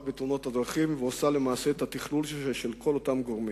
בתאונות הדרכים ועושה למעשה את התכלול של כל אותם גורמים.